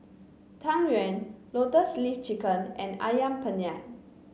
Tang Yuen Lotus Leaf Chicken and ayam penyet